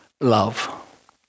love